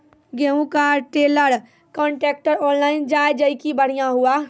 गेहूँ का trailer contractor online जाए जैकी बढ़िया हुआ